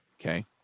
okay